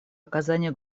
оказания